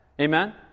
Amen